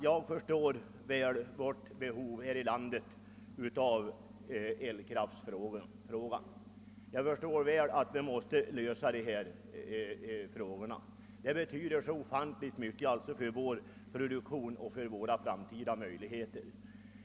Jag förstår väl, herr Nygren, vårt lands behov av elkraft. Vi måste alltså lösa dessa frågor; det betyder så ofantligt mycket för vår produktion och våra framtida möljigheter.